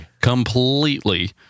Completely